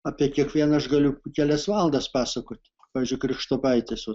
apie kiekvieną aš galiu kelias valandas pasakoti pavyzdžiui krikštopaitis vat